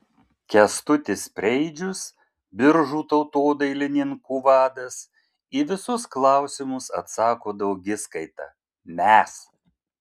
kęstutis preidžius biržų tautodailininkų vadas į visus klausimus atsako daugiskaita mes